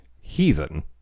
heathen